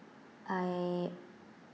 I